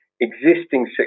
existing